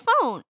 phone